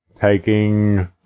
taking